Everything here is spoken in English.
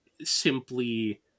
simply